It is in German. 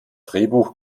drehbuch